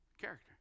character